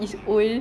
like